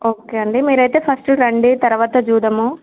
okay అండి మీరైతే first రండి తరువాత చూద్దాము